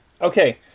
Okay